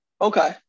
Okay